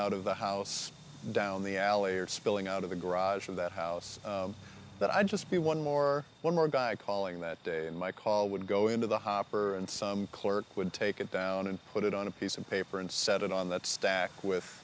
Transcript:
out of the house down the alley or spilling out of the garage of that house that i'd just be one more one more guy calling that my call would go into the hopper and some clerk would take it down and put it on a piece of paper and set it on that stack with